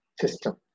system